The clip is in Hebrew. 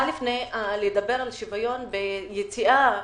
לפני שוויון ביציאה